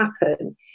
happen